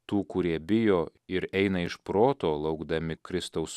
tų kurie bijo ir eina iš proto laukdami kristaus